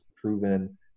Proven